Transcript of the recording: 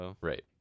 right